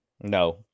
No